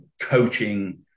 coaching